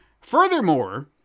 Furthermore